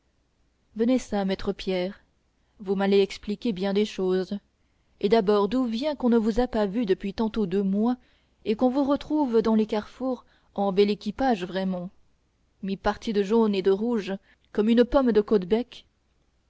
venez çà maître pierre vous m'allez expliquer bien des choses et d'abord d'où vient qu'on ne vous a pas vu depuis tantôt deux mois et qu'on vous retrouve dans les carrefours en bel équipage vraiment mi-parti de jaune et de rouge comme une pomme de caudebec